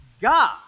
God